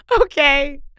okay